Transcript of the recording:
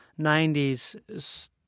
90s